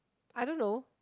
I don't know